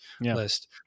list